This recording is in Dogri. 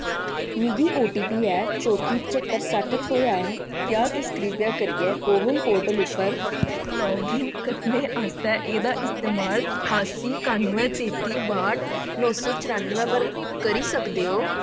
मिगी ओटीपी ऐ चौत्ती पचत्तर सट्ठ थ्होआ ऐ क्या तुस कृपा करियै को विन पोर्टल पर लाग इन करने आस्तै एह्दा इस्तेमाल मोबाइल ठास्सी कानुवैं तेत्ती बाह्ठ नौ सौ चरनुवैं पर करी सकदे ओ